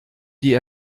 die